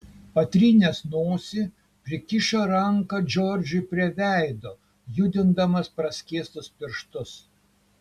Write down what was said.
patrynęs nosį prikišo ranką džordžui prie veido judindamas praskėstus pirštus